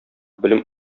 белем